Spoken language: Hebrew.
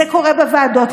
זה קורה בוועדות,